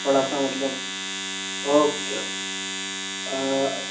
تھوڑا سا مطلب اوکے اوکے